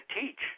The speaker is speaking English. teach